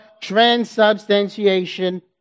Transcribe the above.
transubstantiation